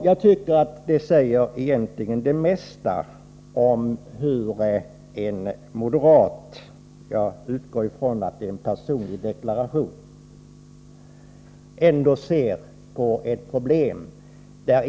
Jag tycker att det egentligen säger det mesta om hur en moderat — jag utgår ifrån att det är en personlig deklaration — ser på problemet outhyrda lägenheter.